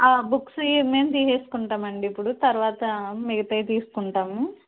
books ఈమేం తీసుకుంటామండీ ఇప్పుడు తరువాత మిగతావి తీసుకుంటాము